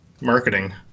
marketing